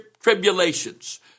tribulations